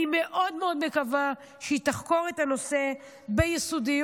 אני מאוד מאוד מקווה שהיא תחקור את הנושא ביסודיות,